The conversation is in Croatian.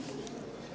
Hvala